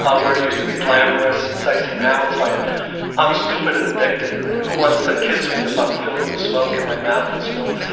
ah where it used to be glamorous and sexy, now it's like i'm stupid and addicted and who wants to kiss me if i'm filled with smoke and my mouth is filled,